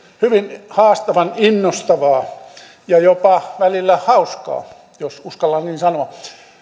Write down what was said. hyvin haastavan innostavaa ja jopa välillä hauskaa jos uskallan niin sanoa